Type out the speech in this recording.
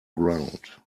ground